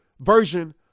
version